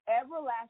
everlasting